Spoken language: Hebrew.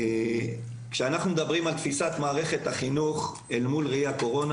כשאנחנו מדברים על תפיסת מערכת החינוך בראי הקורונה